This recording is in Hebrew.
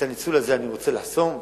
את הניצול הזה אני רוצה לחסום ולבלום,